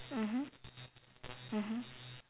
mmhmm mmhmm